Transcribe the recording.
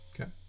Okay